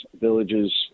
villages